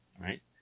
right